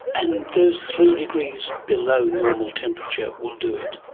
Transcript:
and those three degrees below normal temperature will do it?